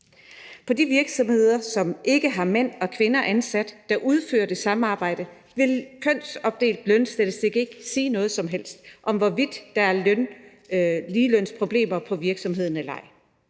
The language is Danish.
På de virksomheder, som ikke har mænd og kvinder ansat, der udfører det samme arbejde, vil kønsopdelt lønstatistik ikke sige noget som helst om, hvorvidt der er ligelønsproblemer på virksomheden eller ej.